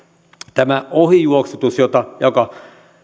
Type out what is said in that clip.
tämä ohijuoksutus joka